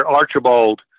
Archibald